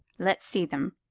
let's see them.